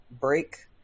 break